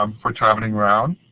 um for traveling around,